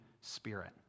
Spirit